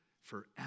forever